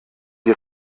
die